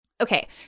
Okay